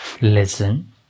Listen